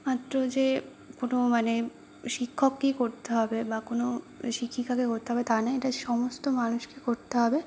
মাত্র যে কোনো মানে শিক্ষককেই করতে হবে বা কোনো শিক্ষিকাকে করতে হবে তা নয় এটা সমস্ত মানুষকে করতে হবে